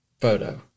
photo